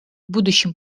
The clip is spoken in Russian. будущими